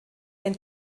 ein